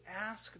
ask